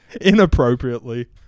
inappropriately